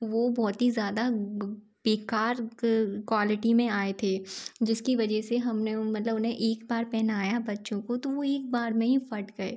वो बहुत ही ज़्यादा बेकार क्वालिटी में आए थे जिसकी वजह से हम ने मतलब उन्हें एक बार पहनाया बच्चों को तो वो एक बार में ही फट गए